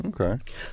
Okay